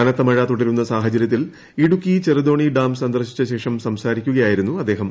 കനത്ത മഴ തുടരുന്ന സാഹചര്യത്തിൽ ഇടുക്കി ചെറുതോണി ഡാം സന്ദർശിച്ച ശേഷം സംസാരിക്കുകയായിരുന്നു അദ്ദേഹം